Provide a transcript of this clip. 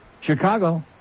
Chicago